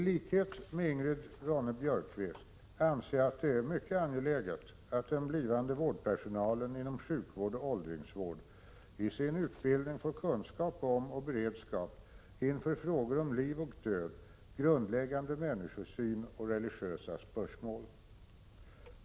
Tlikhet med Ingrid Ronne-Björkqvist anser jag att det är mycket angeläget att den blivande vårdpersonalen inom sjukvård och åldringsvård i sin utbildning får kunskap om och beredskap inför frågor om liv och död, grundläggande människosyn och religiösa spörsmål.